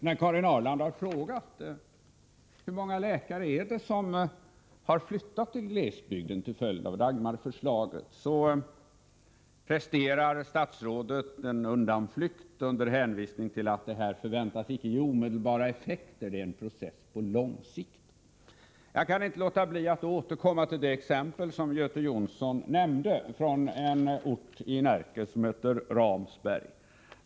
När Karin Ahrland nu har frågat hur många läkare som har flyttat till glesbygden till följd av Dagmarförslaget presterar statsrådet en undanflykt under hänvisning till att detta icke förväntas ge omedelbara effekter. Det är en process på lång sikt. Jag kan inte låta bli att återkomma till det exempel som Göte Jonsson nämnde. Det var från en ort i Närke som heter Ramsberg.